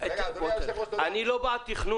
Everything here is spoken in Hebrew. אדוני היושב-ראש -- תקשיב,